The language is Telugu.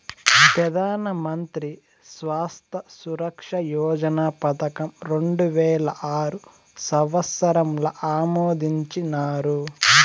పెదానమంత్రి స్వాస్త్య సురక్ష యోజన పదకం రెండువేల ఆరు సంవత్సరంల ఆమోదించినారు